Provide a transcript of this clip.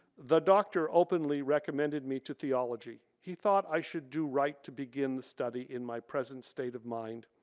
the doctor openly recommended me to theology. he thought i should do right to begin the study in my present state of mind.